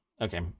Okay